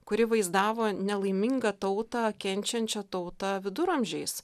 kuri vaizdavo nelaimingą tautą kenčiančią tautą viduramžiais